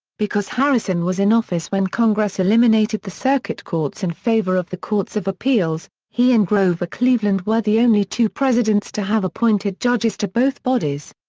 because harrison was in office when congress eliminated the circuit courts in favor of the courts of appeals, he and grover cleveland were the only two presidents to have appointed judges to both bodies.